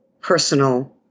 personal